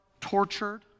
tortured